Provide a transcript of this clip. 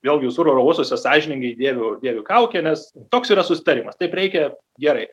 vėlgi visur oro uostuose sąžiningai dėviu dėviu kaukę nes toks yra susitarimas taip reikia gerai